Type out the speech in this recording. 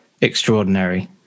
extraordinary